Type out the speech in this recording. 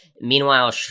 meanwhile